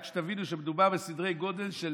רק שתבינו שמדובר בסדרי גודל של